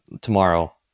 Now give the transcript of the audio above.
tomorrow